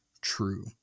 true